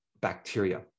bacteria